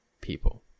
people